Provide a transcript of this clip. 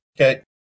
Okay